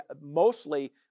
mostly